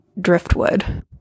driftwood